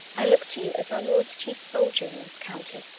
i look to you as our lord's chief soldier in this county.